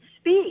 speak